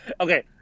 Okay